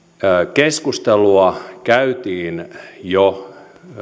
keskustelua käytiin jo